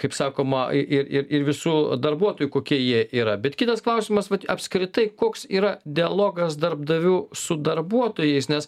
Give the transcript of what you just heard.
kaip sakoma ir ir ir ir visų darbuotojų kokie jie yra bet kitas klausimas vat apskritai koks yra dialogas darbdavių su darbuotojais nes